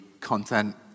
content